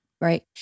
Right